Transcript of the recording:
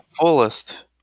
fullest